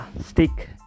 Stick